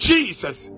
Jesus